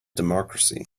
democracy